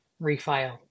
refile